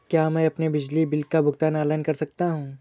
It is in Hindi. क्या मैं अपने बिजली बिल का भुगतान ऑनलाइन कर सकता हूँ?